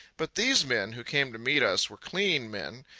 but these men who came to meet us were clean men.